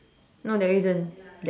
no there's isn't that